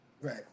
Right